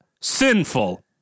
sinful